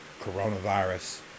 coronavirus